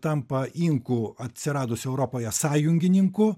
tampa inkų atsiradusių europoje sąjungininku